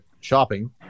shopping